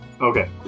Okay